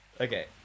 okay